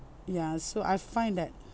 ya so I find that